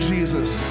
Jesus